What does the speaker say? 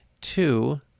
two